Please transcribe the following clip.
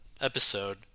episode